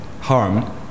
harm